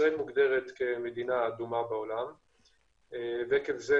ישראל מוגדרת כמדינה אדומה בעולם ועקב זה,